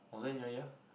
was I in your year